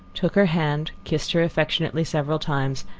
took her hand, kissed her affectionately several times,